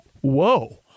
whoa